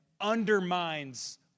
undermines